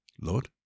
Lord